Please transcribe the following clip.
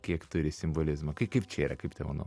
kiek turi simbolizmo kaip kaip čia yra kaip tavo nuomone